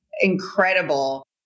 incredible